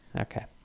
Okay